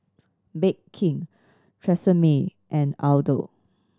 Bake King Tresemme and Aldo